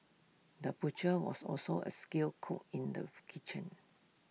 the butcher was also A skilled cook in the kitchen